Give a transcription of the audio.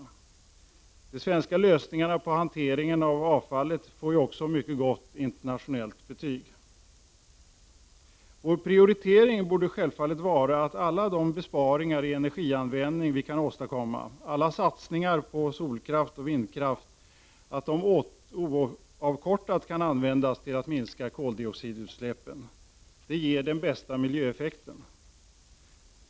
De svenska lösningarna på hanteringen av avfallet får också mycket gott internationellt betyg. Vår prioritering borde självfallet vara att alla de besparingar i energianvändning vi kan åstadkomma, alla satsningar på vindkraft och solkraft vi kan göra, oavkortat borde användas till att minska koldioxidutsläppen. Det ger den bästa miljöeffekten.